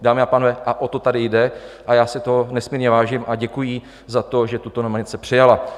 Dámy a pánové, a o to tady jde, a já si toho nesmírně vážím a děkuji jí za to, že tuto nominaci přijala.